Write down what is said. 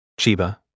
Chiba